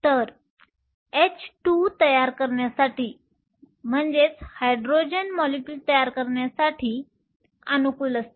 तर H2 तयार करण्यासाठी अनुकूल असते